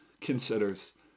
considers